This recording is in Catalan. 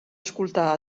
escoltar